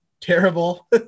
terrible